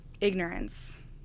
ignorance